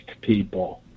people